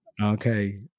Okay